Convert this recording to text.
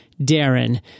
Darren